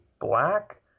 black